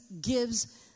gives